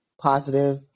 positive